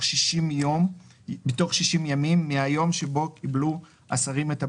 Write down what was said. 60 ימים מהיום שבו קיבלו השרים את הבקשה,